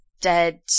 dead